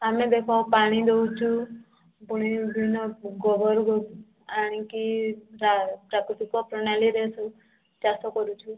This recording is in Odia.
ଆମେ ଦେଖ ପାଣି ଦଉଛୁ ପୁଣି ଗୋବର ଦଉଛୁ ଆଣିକି ପ୍ରାକୃତିକ ପ୍ରଣାଳୀରେ ସବୁ ଚାଷ କରୁଛୁ